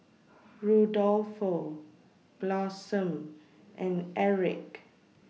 Rudolfo Blossom and Erich